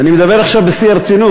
אני מדבר עכשיו בשיא הרצינות,